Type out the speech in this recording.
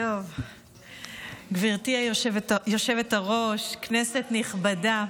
גברתי היושבת-ראש, כנסת נכבדה,